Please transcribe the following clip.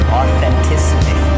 authenticity